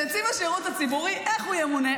-- שנציב השירות הציבורי, איך הוא ימונה?